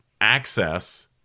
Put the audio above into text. access